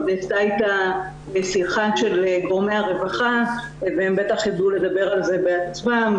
גם נעשתה איתה שיחה של גורמי הרווחה והם בטח ידעו לדבר על זה בעצמם,